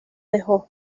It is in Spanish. dejó